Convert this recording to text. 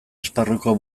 esparruko